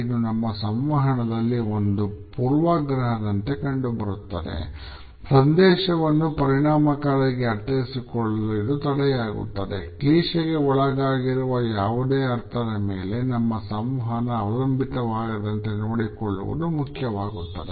ಇದು ನಮ್ಮ ಸಂವಹನದಲ್ಲಿ ಒಂದು ಪೂರ್ವಾಗ್ರಹದಂತೆ ಕಂಡುಬರುತ್ತದೆ ಸಂದೇಶವನ್ನು ಪರಿಣಾಮಕಾರಿಯಾಗಿ ಅರ್ಥೈಸಿಕೊಳ್ಳಲು ಇದು ತಡೆಯಾಗುತ್ತದೆ ಕ್ಲೀಷೆಗೆ ಒಳಗಾಗಿರುವ ಯಾವುದೇ ಅರ್ಥದ ಮೇಲೆ ನಮ್ಮ ಸಂವಹನ ಅವಲಂಬಿತವಾಗದಂತೆ ನೋಡಿಕೊಳ್ಳುವುದು ಮುಖ್ಯವಾಗುತ್ತದೆ